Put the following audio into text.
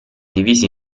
divisi